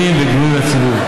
ידועים וגלויים לציבור,